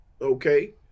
Okay